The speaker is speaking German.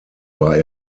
war